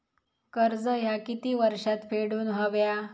कर्ज ह्या किती वर्षात फेडून हव्या?